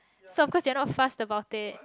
so of course they are not fast about it